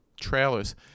trailers